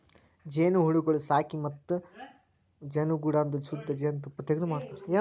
ಜೇನುಹುಳಗೊಳಿಗ್ ಸಾಕಿ ಮತ್ತ ಜೇನುಗೂಡದಾಂದು ಶುದ್ಧ ಜೇನ್ ತುಪ್ಪ ತೆಗ್ದು ಮಾರತಾರ್